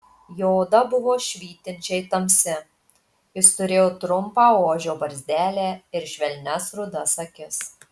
jo oda buvo švytinčiai tamsi jis turėjo trumpą ožio barzdelę ir švelnias rudas akis